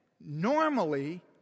normally